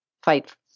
fight